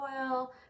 oil